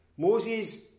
Moses